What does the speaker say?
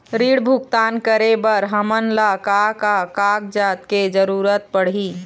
ऋण भुगतान करे बर हमन ला का का कागजात के जरूरत पड़ही?